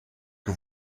que